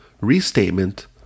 restatement